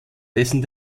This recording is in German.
dessen